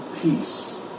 peace